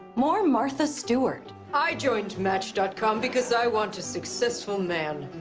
more martha stewart. i joined match dot com because i want a successful man.